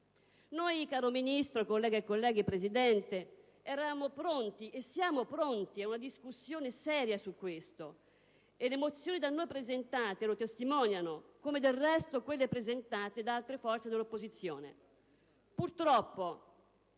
Noi, cara Ministro, colleghe e colleghi, signora Presidente, eravamo e siamo pronti ad una discussione seria su questo, e le mozioni da noi presentate lo testimoniano, come del resto quelle presentate da altre forze dell'opposizione.